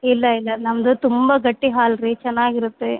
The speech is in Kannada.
ಇಲ್ಲ ಇಲ್ಲ ನಮ್ದು ತುಂಬಾ ಗಟ್ಟಿ ಹಾಲು ರೀ ಚೆನ್ನಾಗಿರತ್ತೆ